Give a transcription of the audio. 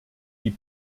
die